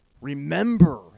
remember